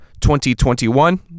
2021